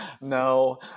No